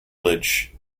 village